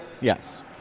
Yes